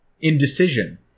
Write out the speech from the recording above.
indecision